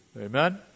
Amen